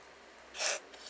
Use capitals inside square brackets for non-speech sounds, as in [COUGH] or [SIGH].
[BREATH]